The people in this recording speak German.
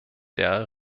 der